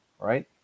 right